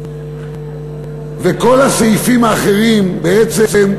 וכל הסעיפים האחרים בעצם.